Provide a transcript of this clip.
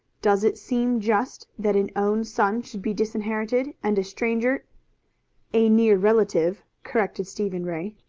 does it seem just that an own son should be disinherited and a stranger a near relative, corrected stephen ray.